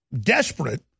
desperate